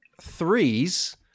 Threes